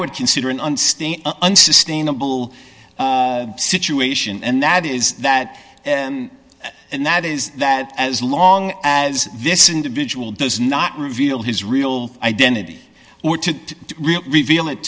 would consider an unsustainable situation and that is that and that is that as long as this individual does not reveal his real identity or to reveal it